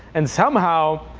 and somehow,